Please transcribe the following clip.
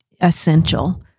essential